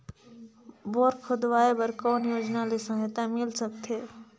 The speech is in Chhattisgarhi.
बोर खोदवाय बर कौन योजना ले सहायता मिल सकथे?